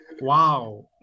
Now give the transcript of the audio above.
Wow